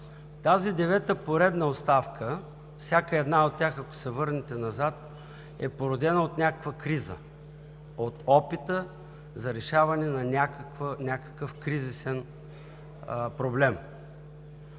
тази девета поредна оставка, както и всяка една от тях, ако се върнете назад, е породена от някаква криза, от опита за решаване на някакъв кризисен проблем?